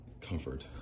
comfort